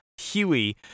Huey